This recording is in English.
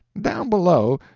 down below,